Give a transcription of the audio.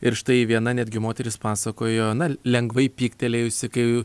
ir štai viena netgi moteris pasakojo na lengvai pyktelėjusi kai